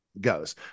goes